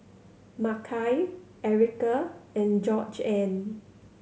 Makai Ericka and Georgeann